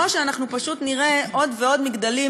או שאנחנו פשוט נראה עוד ועוד מגדלים,